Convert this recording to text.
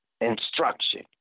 instruction